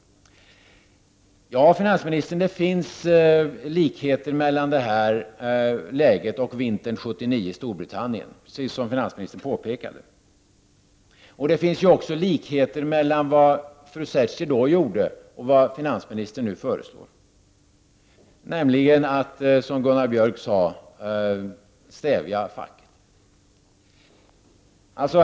Det finns likheter mellan det här läget och vintern 1979 i Storbritannien, precis som finansministern påpekade. Det finns också likheter mellan vad fru Thatcher då gjorde och vad finansministern nu föreslår, nämligen att som Gunnar Björk sade stävja facket.